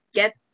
get